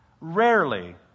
rarely